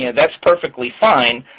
yeah that's perfectly fine,